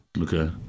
Okay